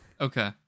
Okay